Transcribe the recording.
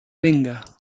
venga